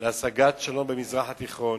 להשגת שלום במזרח התיכון,